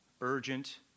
urgent